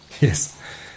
Yes